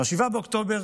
ב-7 באוקטובר